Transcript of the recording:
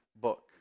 book